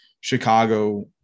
Chicago